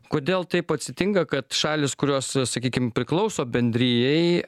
kodėl taip atsitinka kad šalys kurios sakykim priklauso bendrijai